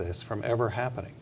this from ever happening